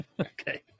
okay